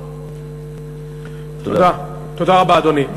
תודה רבה, אדוני.